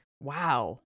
wow